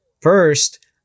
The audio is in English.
first